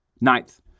Ninth